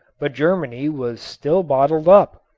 but germany was still bottled up.